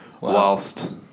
whilst